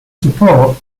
support